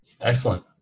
Excellent